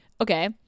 Okay